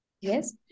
Yes